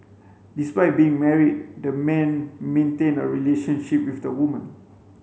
despite being married the man maintained a relationship with the woman